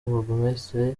burugumesitiri